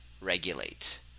regulate